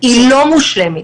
היא לא מושלמת.